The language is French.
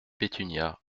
pétunia